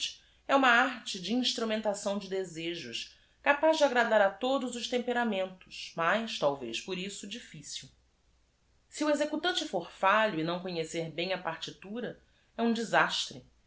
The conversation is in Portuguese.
é uma arte de instrumentação de desejos ca paz de agradar a todos os tempe ramentos mas talvez por isso difficü e o executante for falho e não conhecer bem a partitura é um desastre